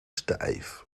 stijf